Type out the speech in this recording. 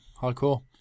hardcore